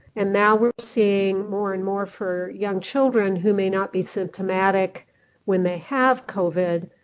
and now we are seeing more and more for young children who may not be symptomatic when they have covid,